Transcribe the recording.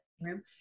room